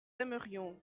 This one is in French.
aimerions